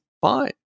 fine